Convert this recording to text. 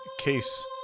case